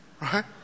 right